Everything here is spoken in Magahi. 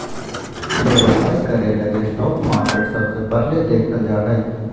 व्यवसाय करे लगी स्टाक मार्केट सबसे पहले देखल जा हय